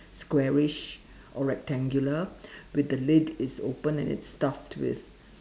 squarish or rectangular with the lid is open and it's stuffed with